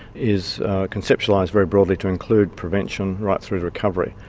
is conceptualised very broadly to include prevention right through to recovery.